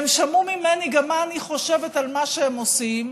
הם שמעו ממני גם על מה שהם עושים,